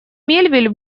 мельвиль